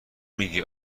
میگی